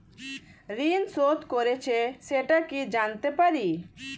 ঋণ শোধ করেছে সেটা কি জানতে পারি?